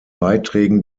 beiträgen